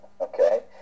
okay